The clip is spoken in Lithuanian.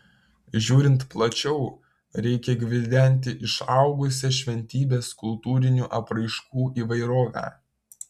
žiūrint plačiau reikia gvildenti išaugusią šventybės kultūrinių apraiškų įvairovę